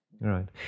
Right